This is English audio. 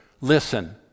listen